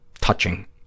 touching